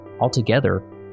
altogether